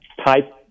Type